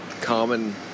common